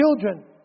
children